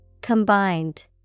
Combined